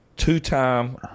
Two-time